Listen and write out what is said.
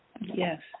Yes